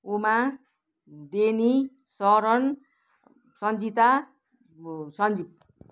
उमा डेनी शरण सन्जिता अब सन्जिव